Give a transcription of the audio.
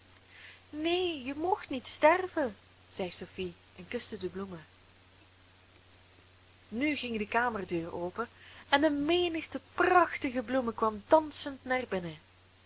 neen je moogt niet sterven zei sophie en kuste de bloemen nu ging de kamerdeur open en een menigte prachtige bloemen kwam dansend naar binnen